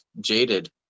jaded